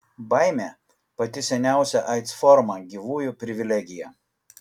baimė pati seniausia aids forma gyvųjų privilegija